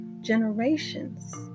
generations